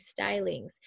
Stylings